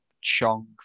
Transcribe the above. Chong